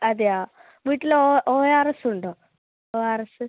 അതെയാ വീട്ടിൽ O R S ഉണ്ടോ ഒ ആർ എസ്